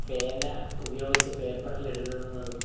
പേന ഉപയോഗിച്ച് പേപ്പറിൽ എഴുതുന്നതും